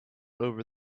over